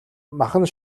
мах